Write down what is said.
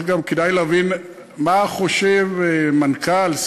כדאי להבין מה חושב מנכ"ל,